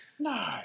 No